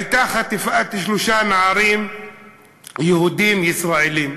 הייתה חטיפת שלושה נערים יהודים, ישראלים,